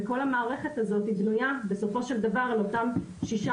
וכל המערכת הזאת בנויה בסופו של דבר על אותם שישה